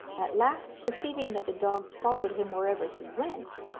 at last, perceiving that the dog followed him wherever he went,